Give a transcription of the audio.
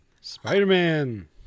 Spider-Man